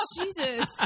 Jesus